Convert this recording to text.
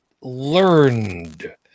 learned